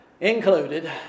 included